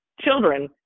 children